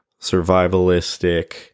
survivalistic